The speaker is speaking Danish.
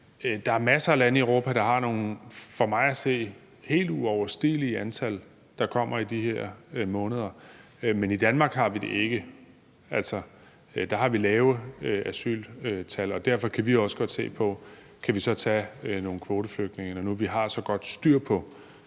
der er masser af lande i Europa, der for mig at se har nogle helt uoverstigelige antal, der kommer i de her måneder, men i Danmark har vi det ikke. Altså, der har vi lave asyltal, og derfor kan vi også godt se på, om vi så kan tage nogle kvoteflygtninge, når nu vi har så godt styr på,